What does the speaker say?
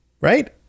Right